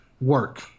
work